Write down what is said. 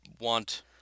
want